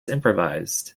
improvised